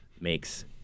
makes